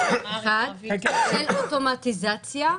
אין אוטומטיזציה.